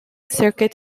circuit